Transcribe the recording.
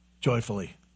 joyfully